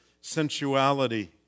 sensuality